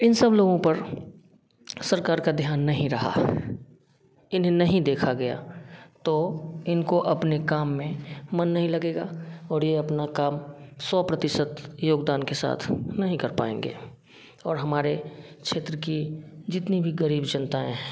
इन सब लोगों पर सरकार का ध्यान नहीं रहा इन्हें नहीं देखा गया तो इनको अपने काम में मन नहीं लगेगा और ये अपना काम सौ प्रतिशत योगदान के साथ नहीं कर पाएँगे और हमारे क्षेत्र की जितनी भी गरीब जनता है